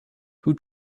who